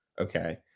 Okay